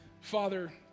Father